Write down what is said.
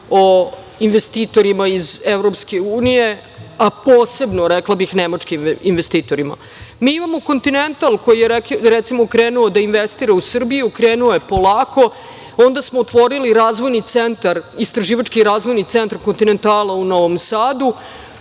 o investitorima iz EU, a posebno, rekla bih, nemačkim investitorima. Mi imamo „Kontinental“ koji je, recimo, krenuo da investira u Srbiju, krenuo je polako. Onda smo otvorili Istraživački razvojni centar „Kontinentala“ u Novom Sadu.